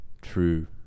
true